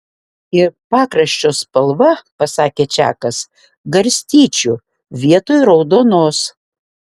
ir pakraščio spalva pasakė čakas garstyčių vietoj raudonos